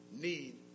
need